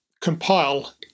compile